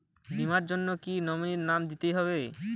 বীমার জন্য কি নমিনীর নাম দিতেই হবে?